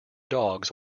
dogs